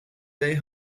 day